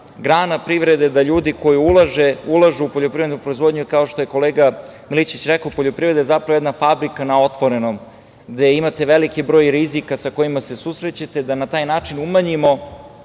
grada privrede, da ljudi koji ulažu u poljoprivrednu proizvodnju, kao što je kolega Milićević rekao, poljoprivreda je zapravo jedna fabrika na otvorenom, gde imate veliki broj rizika sa kojima se susrećete, da na taj način umanjimo